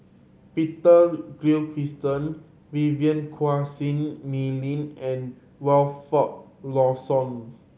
Peter Gilchrist Vivien Quahe Seah Mei Lin and Wilfed Lawson